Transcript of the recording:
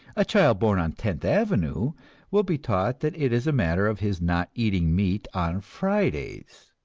a child born on tenth avenue will be taught that it is a matter of his not eating meat on fridays.